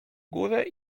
górę